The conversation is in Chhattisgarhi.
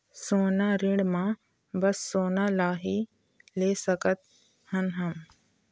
सोना ऋण मा बस सोना ला ही ले सकत हन हम?